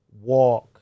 walk